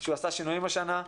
שהוא עשה שינויים השנה,